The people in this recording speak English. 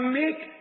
make